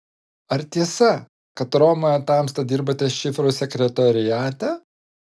ar tiesa kad romoje tamsta dirbate šifrų sekretoriate